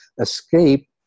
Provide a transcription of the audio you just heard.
escape